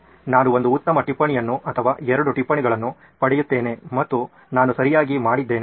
ನಾನು ಒಂದು ಉತ್ತಮ ಟಿಪ್ಪಣಿಯನ್ನು ಅಥವಾ ಎರಡು ಟಿಪ್ಪಣಿಗಳನ್ನು ಪಡೆಯುತ್ತೇನೆ ಮತ್ತು ನಾನು ಸರಿಯಾಗಿ ಮಾಡಿದ್ದೇನೆ